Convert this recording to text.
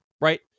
Right